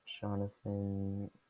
Jonathan